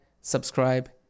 subscribe